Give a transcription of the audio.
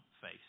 face